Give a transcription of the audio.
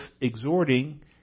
exhorting